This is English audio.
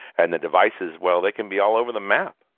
and the device as, well, they can be all over the map.